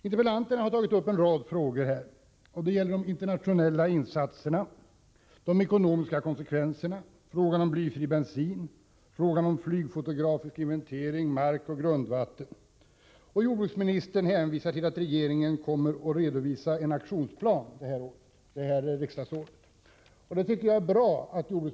Interpellanterna har tagit upp en rad frågor: De internationella insatserna, de ekonomiska konsekvenserna, blyfri bensin, flygfotografisk inventering och frågor om mark och grundvatten. Jordbruksministern hänvisar till att regeringen kommer att redovisa en aktionsplan under detta riksdagsår — och det är bra.